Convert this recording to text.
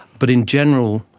but in general,